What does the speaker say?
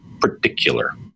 particular